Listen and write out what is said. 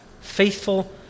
faithful